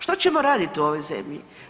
Što ćemo raditi u ovoj zemlji?